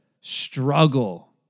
struggle